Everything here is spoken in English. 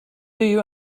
you